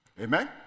amen